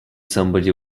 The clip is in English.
somebody